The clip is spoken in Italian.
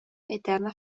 eterna